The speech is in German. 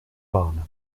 bahnen